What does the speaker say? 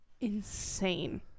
insane